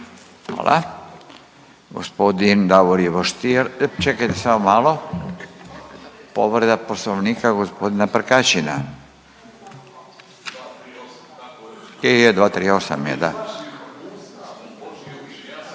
Hvala. Gospodin Davor Ivo Stier, čekajte samo malo, povreda Poslovnika gospodina Prkačina. Je, je 238.